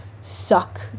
suck